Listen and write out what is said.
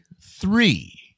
three